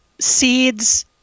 seeds